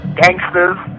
gangsters